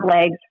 legs